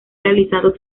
realizado